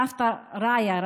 סבתא רעיה,